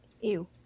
Ew